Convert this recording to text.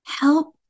help